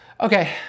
Okay